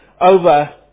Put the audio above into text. over